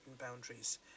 boundaries